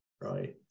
right